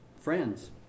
friends